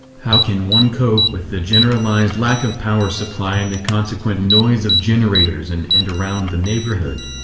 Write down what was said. how can one cope with the generalized lack of power supply and the consequent noise of generators in and around the neighborhood?